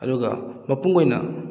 ꯑꯗꯨꯒ ꯃꯄꯨꯡ ꯑꯣꯏꯅ